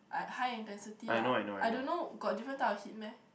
high high intensity lah I don't know got different type of hit meh